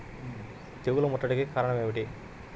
తెగుళ్ల ముట్టడికి కారణం ఏమిటి?